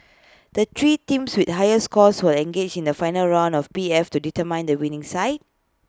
the three teams with the highest scores will engage in A final round of P F to determine the winning side